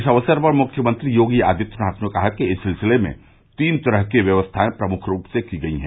इस अवसर पर मुख्यमंत्री योगी आदित्यनाथ ने कहा कि इस सिलसिले में तीन तरह की व्यवस्थायें प्रमुख रूप से की गई हैं